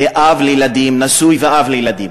ואב לילדים, נשוי ואב לילדים.